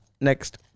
Next